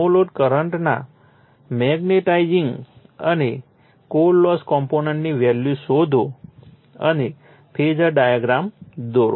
નો load કરંટના magnetizing અને core loss કોમ્પોનન્ટની વેલ્યૂ શોધો અને ફેઝર ડાયાગ્રામ દોરો